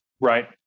Right